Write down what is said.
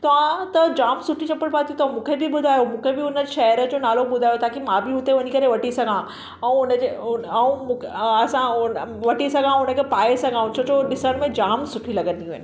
तव्हां त जामु सुठी चपल पाती अथव मूंखे बि ॿुधायो मूंखे बि हुन शहर जो नालो ॿुधायो ताकी मां बि उते वञी करे वठी सघां ऐं उनजे ऐं मूंखे असां वठी सघां उनखे पाए सघां छो जो ॾिसणु में जामु सुठियूं लॻंदियूं आहिनि